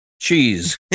Cheese